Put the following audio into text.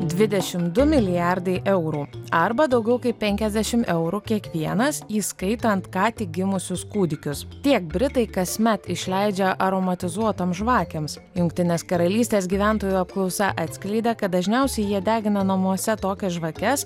dvidešimt du milijardai eurų arba daugiau kaip penkiasdešimt eurų kiekvienas įskaitant ką tik gimusius kūdikius tiek britai kasmet išleidžia aromatizuotoms žvakėms jungtinės karalystės gyventojų apklausa atskleidė kad dažniausiai jie degina namuose tokias žvakes